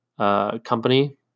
Company